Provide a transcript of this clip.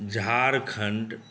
Jharkhand